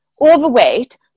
overweight